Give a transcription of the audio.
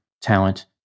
talent